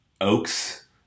oaks